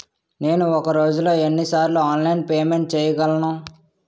నేను ఒక రోజులో ఎన్ని సార్లు ఆన్లైన్ పేమెంట్ చేయగలను?